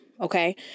okay